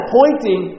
pointing